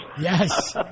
Yes